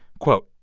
quote,